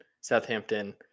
Southampton